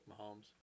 Mahomes